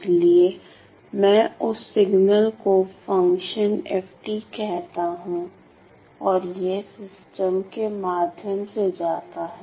इसलिए मैं उस सिग्नल को फ़ंक्शन f कहता हूं और यह सिस्टम के माध्यम से जाता है